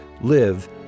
live